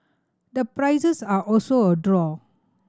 the prices are also a draw